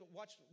watch